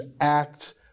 Act